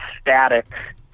static